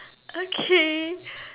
okay